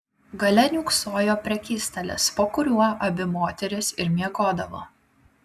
gale niūksojo prekystalis po kuriuo abi moterys ir miegodavo